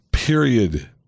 Period